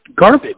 garbage